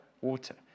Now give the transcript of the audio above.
water